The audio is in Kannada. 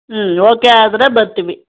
ಹ್ಞೂ ಓಕೆ ಆದರೆ ಬರ್ತೀವಿ